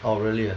oh really ah